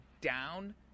down